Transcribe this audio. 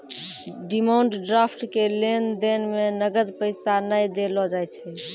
demand draft के लेन देन मे नगद पैसा नै देलो जाय छै